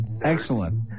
Excellent